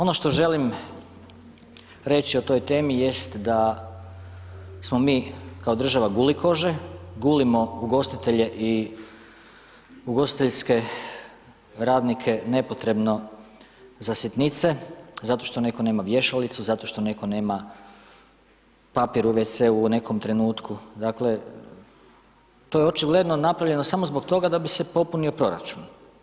Ono što želim reći o toj temi jest da smo mi kao država gulikože, gulimo ugostitelje i ugostiteljske radnike nepotrebno za sitnice zato što netko nema vješalicu, zato što netko nema papir u wc-u u nekom trenutku, dakle, to je očigledno napravljeno samo zbog toga da bi se popunio proračun.